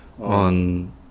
on